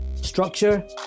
Structure